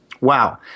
Wow